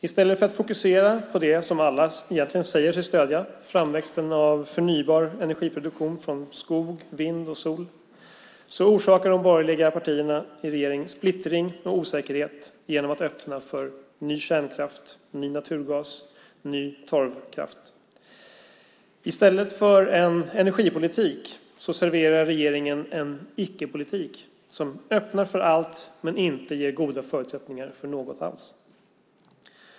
I stället för att fokusera på det som alla egentligen säger sig stödja, framväxten av förnybar energiproduktion från skog, vind och sol, orsakar de borgerliga partierna i regeringen splittring och osäkerhet genom att öppna för ny kärnkraft, ny naturgas och ny torvkraft. I stället för en energipolitik serverar regeringen en icke-politik som öppnar för allt men inte ger goda förutsättningar för något alls.